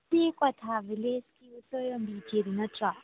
ꯁꯤ ꯀ꯭ꯋꯥꯊꯥ ꯕꯤꯂꯦꯁꯀꯤ ꯎꯁꯣꯏ ꯌꯤꯟꯕꯤ ꯏꯆꯦꯗꯣ ꯅꯠꯇ꯭ꯔꯣ